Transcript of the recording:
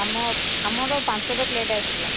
ଆମ ଆମର ପାଞ୍ଚଟା ପ୍ଲେଟ ଆସିବ